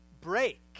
break